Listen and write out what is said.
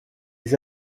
les